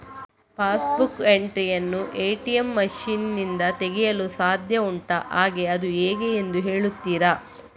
Pass book entry ಯನ್ನು ATM machine ನಿಂದ ತೆಗೆಯಲು ಸಾಧ್ಯ ಉಂಟಾ ಹಾಗೆ ಅದು ಹೇಗೆ ಎಂದು ಹೇಳುತ್ತೀರಾ?